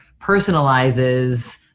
personalizes